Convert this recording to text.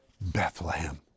Bethlehem